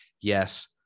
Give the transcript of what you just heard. yes